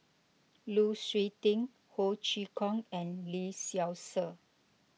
Lu Suitin Ho Chee Kong and Lee Seow Ser